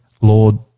Lord